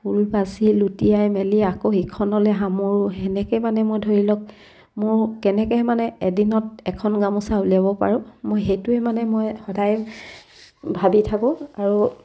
ফুল বাচি লুটিয়াই মেলি আকৌ সিখনলৈ সামৰো তেনেকৈ মানে মই ধৰি লওক মোৰ কেনেকৈ মানে এদিনত এখন গামোচা উলিয়াব পাৰোঁ মই সেইটোৱে মানে মই সদায় ভাবি থাকোঁ আৰু